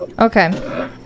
Okay